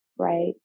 right